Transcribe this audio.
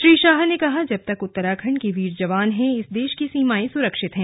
श्री शाह ने कहा जब तक उत्तराखंड के वीर जवान हैं इस देश की सीमाएं सुरक्षित हैं